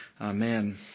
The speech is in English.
amen